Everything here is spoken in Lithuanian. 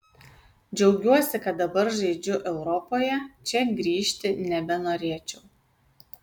džiaugiuosi kad dabar žaidžiu europoje čia grįžti nebenorėčiau